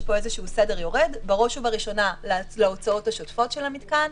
יש פה איזשהו סדר יורד בראש ובראשונה להוצאות השוטפות של המתקן.